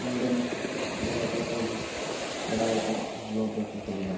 ഇങ്ങോട്ടൊന്നും വെള്ളപ്പൊക്കം ഒന്നും ഇവിടെ ആർക്കും അനുഭവപ്പെട്ടിട്ടില്ല